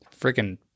freaking